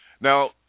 Now